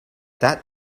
that